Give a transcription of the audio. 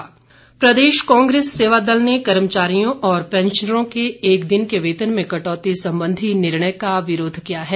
कांग्रेस सेवादल प्रदेश कांग्रेस सेवादल ने कर्मचारियों और पैंशनरों के एक दिन के वेतन में कटौती संबंधी निर्णय का विरोध किया है